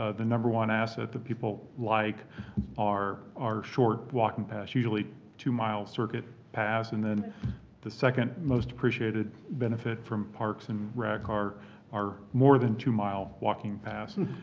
ah the number one asset that people like are are short walking paths, usually two mile circuit paths, and then the second most appreciated benefit from parks and rec are are more than two mile walking paths.